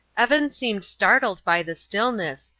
evan seemed startled by the stillness,